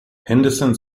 henderson